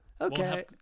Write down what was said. Okay